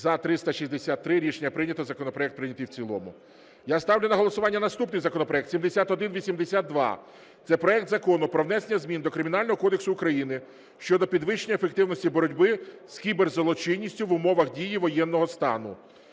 За – 363 Рішення прийнято. Законопроект прийнятий в цілому. Я ставлю на голосування наступний законопроект 7182. Це проект Закону про внесення змін до Кримінального кодексу України щодо підвищення ефективності боротьби з кіберзлочинністю в умовах дії воєнного стану.